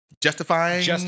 justifying